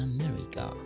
America